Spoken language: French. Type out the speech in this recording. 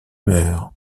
humeur